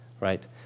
right